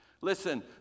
Listen